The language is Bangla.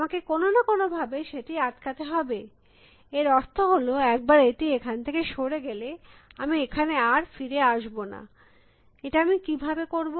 আমাকে কোনো না কোনো ভাবে সেটি আটকাতে হবে এর অর্থ হল একবার এটি এখান থেকে সরে গেলে আমি এখানে আর ফিরে আসবনা এটা আমি কিভাবে করব